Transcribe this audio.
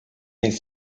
nic